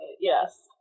Yes